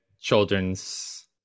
children's